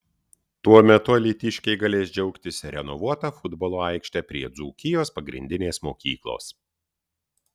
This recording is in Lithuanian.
tuo metu alytiškiai galės džiaugtis renovuota futbolo aikšte prie dzūkijos pagrindinės mokyklos